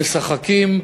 הם משחקים.